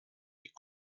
est